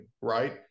right